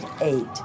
Eight